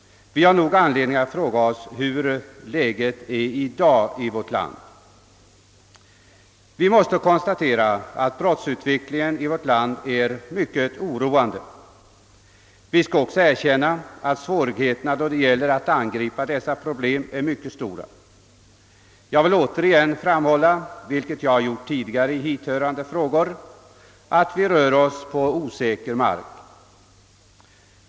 Vi har nog anledning att fråga oss hur läget är i dag i vårt land. Vi måste konstatera att brottsutvecklingen är mycket oroande i Sverige. Vi skall också erkänna att svårigheterna att angripa dessa problem är mycket stora. Jag vill framhålla, vilket jag gjort tidigare i hithörande frågor, att vi rör oss på osäker mark.